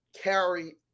carry